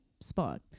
spot